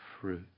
fruit